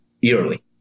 yearly